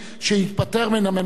שהתפטר מן הממשלה.